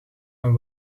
een